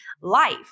life